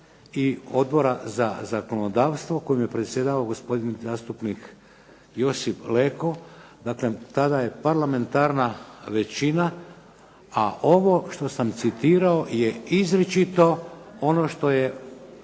i Odbora za zakonodavstvo kojim je predsjedao gospodin zastupnik Josip Leko. Dakle, tada je parlamentarna većina, a ovo što sam citirao je izričito ono što je